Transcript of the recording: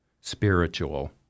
spiritual